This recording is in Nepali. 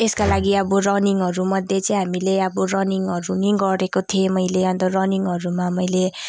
यसका लागि अब रनिङहरू मध्ये चाहिँ हामीले अब रनिङहरू नि गरेको थिएँ मैले अन्त रनिङहरूमा मैले